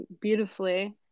beautifully